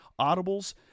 Audibles